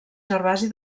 gervasi